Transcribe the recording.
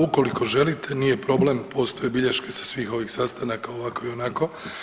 Ukoliko želite nije problem postoje bilješke sa svih ovih sastanak ovako i onako.